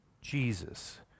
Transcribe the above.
Jesus